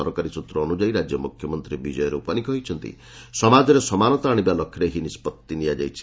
ସରକାରୀ ସ୍ବତ୍ର ଅନୁଯାୟୀ ରାଜ୍ୟ ମୁଖ୍ୟମନ୍ତ୍ରୀ ବିକୟ ରୁପାନୀ କହିଛନ୍ତି ସମାଜରେ ସମାନତା ଆଣିବା ଲକ୍ଷ୍ୟରେ ଏହି ନିଷ୍ପଭି ନିଆଯାଇଛି